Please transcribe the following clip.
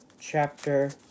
chapter